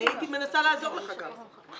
אני הייתי מנסה לעזור לך גם,